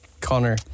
Connor